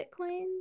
Bitcoin